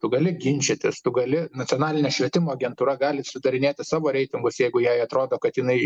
tu gali ginčytis tu gali nacionalinė švietimo agentūra gali sudarinėti savo reitingus jeigu jai atrodo kad jinai